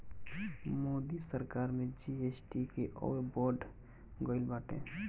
मोदी सरकार में जी.एस.टी के अउरी बढ़ गईल बाटे